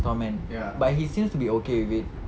store man but he seems to be okay with it